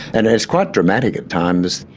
and it's quite dramatic at times.